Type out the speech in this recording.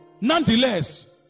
nonetheless